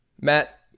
Matt